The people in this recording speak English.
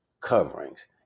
coverings